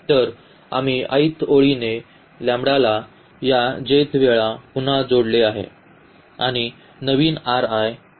तर आम्ही i th ओळीने या लॅम्ब्डाला या j th वेळा पुन्हा जोडले आहे आणि नवीन येईल